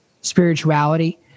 spirituality